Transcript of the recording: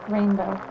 Rainbow